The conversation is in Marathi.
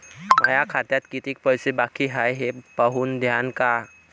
माया खात्यात कितीक पैसे बाकी हाय हे पाहून द्यान का?